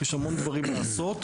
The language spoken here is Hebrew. יש המון דברים לעשות,